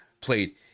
played